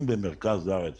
אם במרכז הארץ